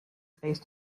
based